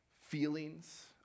feelings